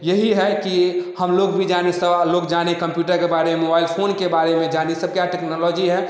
यही है कि हम लोग भी जाने सवा लोग जाने कंप्यूटर के बारे में मोबाइल फोन के बारे में जाने ये सब क्या है टेक्नोलॉजी है